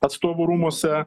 atstovų rūmuose